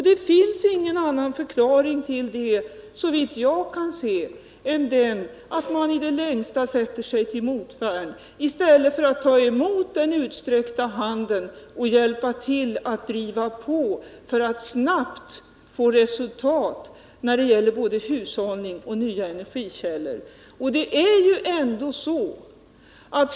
Det finns ingen annan förklaring till detta, såvitt jag kan se, än den att man i det längsta sätter sig till motvärn i stället för att ta emot den utsträckta handen och hjälpa till att driva på för att snabbt få resultat när det gäller energihushållning och användning av nya energikällor.